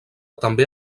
també